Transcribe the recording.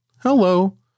Hello